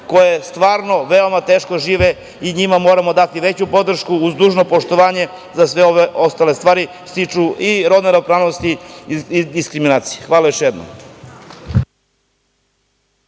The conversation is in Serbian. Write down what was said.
koje stvarno veoma teško žive i njima moramo dati veću podršku, uz dužno poštovanje za sve ove ostale stvari koje se tiču i rodne ravnopravnosti i diskriminacije. Hvala još jednom.